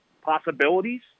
possibilities